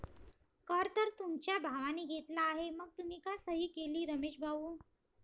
कर तर तुमच्या भावाने घेतला आहे मग तुम्ही का सही केली रमेश भाऊ?